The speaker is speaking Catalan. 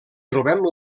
trobem